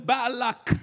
Balak